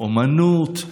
אומנות,